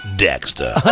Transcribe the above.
Dexter